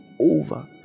over